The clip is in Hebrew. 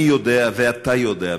אני יודע ואתה יודע,